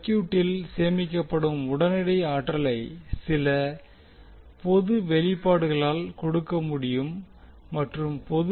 சர்க்யூட்டில் சேமிக்கப்படும் உடனடி ஆற்றலை சில பொது வெளிப்பாடுகளால் கொடுக்க முடியும் மற்றும் பொது வெளிப்பாடு